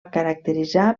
caracteritzar